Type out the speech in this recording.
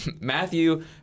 Matthew